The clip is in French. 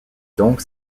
donc